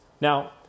Now